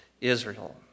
Israel